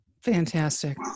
Fantastic